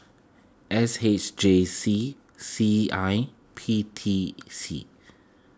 S H J C C I P T C